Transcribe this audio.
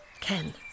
Ken